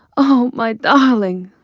oh, my darling!